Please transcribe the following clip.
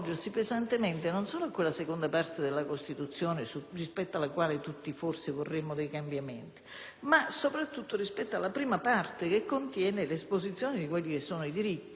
ma soprattutto rispetto alla prima parte che contiene l'esposizione dei diritti. Viene posto così in discussione non solo il principio di uguaglianza ma tutto il quadro dei diritti.